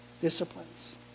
disciplines